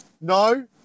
No